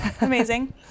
Amazing